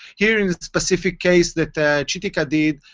here's a specific case that that chitika did.